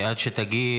עד שתגיעי,